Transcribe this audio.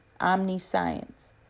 omniscience